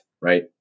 right